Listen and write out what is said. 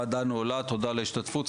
תודה על ההשתתפות,